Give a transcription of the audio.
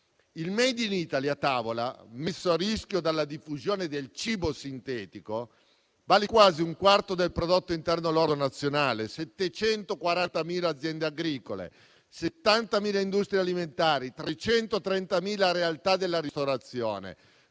Il *made in Italy* a tavola, messo a rischio dalla diffusione del cibo sintetico, vale quasi quasi un quarto del prodotto interno lordo nazionale: 740.000 aziende agricole, 70.000 industrie alimentari, 330.000 realtà della ristorazione,